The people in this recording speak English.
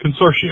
Consortium